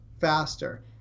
faster